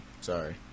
Sorry